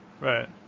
Right